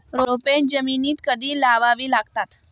रोपे जमिनीत कधी लावावी लागतात?